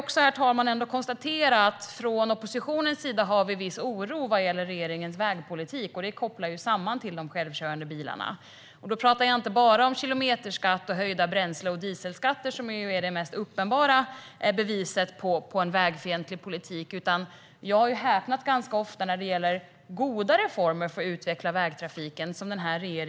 Tillåt mig ändå att konstatera att hos oppositionen finns en viss oro över regeringens vägpolitik, som vägkörande bilar ju också kan kopplas till. Jag talar inte bara om kilometerskatt och höjd bränsleskatt och dieselskatt, vilka är det mest uppenbara beviset på en vägfientlig politik. Ofta har jag häpnat över att regeringen bromsar goda reformer som kan utveckla vägtrafiken.